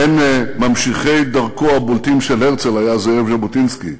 בין ממשיכי דרכו הבולטים של הרצל היה זאב ז'בוטינסקי,